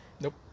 Nope